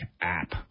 app